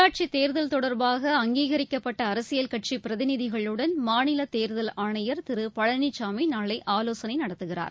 உள்ளாட்சித்தேர்தல் தொடர்பாக அங்கீகரிக்கப்பட்ட அரசியல் கட்சி பிரதிநிதிகளுடன் மாநிலத்தேர்தல் ஆணையர் திரு பழனிசாமி நாளை ஆலோசனை நடத்துகிறார்